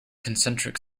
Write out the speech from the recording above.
concentric